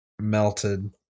melted